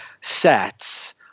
sets